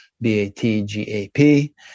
B-A-T-G-A-P